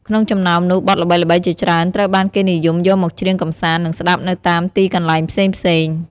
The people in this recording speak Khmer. ក្នុងចំណោមនោះ បទល្បីៗជាច្រើនត្រូវបានគេនិយមយកមកច្រៀងកម្សាន្ត និងស្តាប់នៅតាមទីកន្លែងផ្សេងៗ។